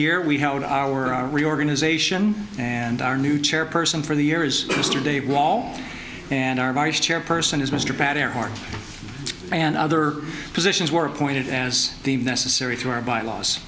year we held our our reorganization and our new chairperson for the year is mr dave wall and our vice chair person is mr pratt earhart and other positions were appointed as the necessary through our bylaws